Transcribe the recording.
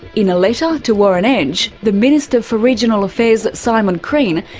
in a letter to warren entsch, the minister for regional affairs, simon crean,